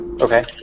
Okay